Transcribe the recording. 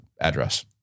address